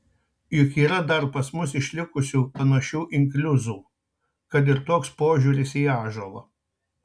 juk yra dar pas mus išlikusių panašių inkliuzų kad ir toks požiūris į ąžuolą